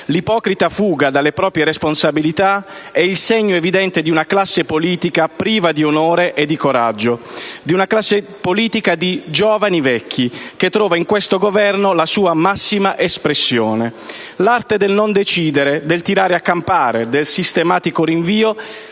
L'ipocrita fuga dalle proprie responsabilità è il segno evidente di una classe politica priva di onore e di coraggio, di una classe politica di «giovani vecchi» che trova in questo Governo la sua massima espressione. L'arte del non decidere, del tirare a campare, del sistematico rinvio